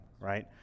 right